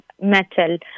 metal